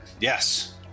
Yes